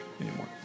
anymore